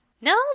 No